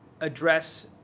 address